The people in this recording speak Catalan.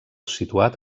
situat